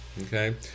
Okay